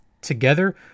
Together